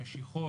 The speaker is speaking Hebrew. משיכות,